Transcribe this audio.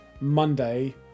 monday